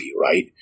right